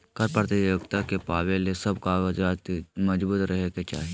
कर प्रतियोगिता के पावे ले सब कागजात मजबूत रहे के चाही